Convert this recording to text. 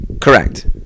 Correct